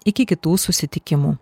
iki kitų susitikimų